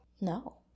No